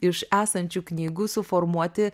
iš esančių knygų suformuoti